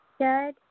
Good